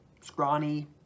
scrawny